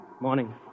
Morning